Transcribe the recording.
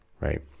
right